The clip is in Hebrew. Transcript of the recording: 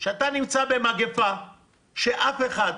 שאתה נמצא במגפה שאף אחד,